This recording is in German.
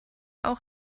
auch